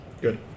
Good